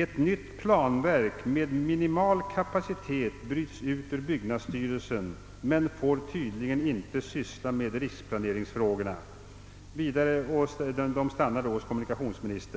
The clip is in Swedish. »Ett nytt planverk med minimal kapacitet bryts ut ur byggnadsstyrelsen, men får tydligen inte syssla med riksplaneringsfrågorna, som stannar hos Olof Palme», skriver »att